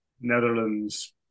Netherlands